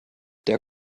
der